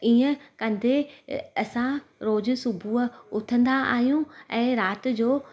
ईअं कंदे अंसा रोज सुॿुह उथंदा आहियूं ऐं राति जो